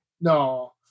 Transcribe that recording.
No